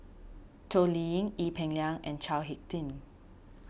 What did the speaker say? Toh Liying Ee Peng Liang and Chao Hick Tin